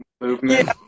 movement